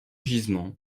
gisements